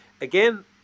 again